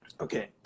okay